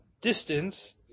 distance